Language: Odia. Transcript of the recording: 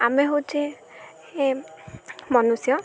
ଆମେ ହଉଛେ ଏ ମନୁଷ୍ୟ